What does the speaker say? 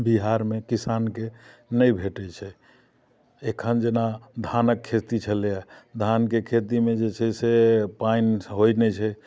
बिहारमे किसानके नहि भेटै छै एखन जेना धानक खेती छलैये धानके खेतीमे जे छै से पानि होइ नहि छै